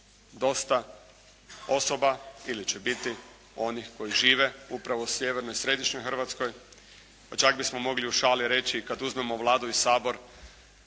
dosta osoba ili će biti onih koji žive upravo u sjevernoj i središnjoj Hrvatskoj. Pa čak bismo mogli u šali reći kad uzmemo Vladu i Sabor